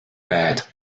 bed